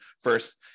first